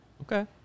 Okay